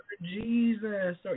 Jesus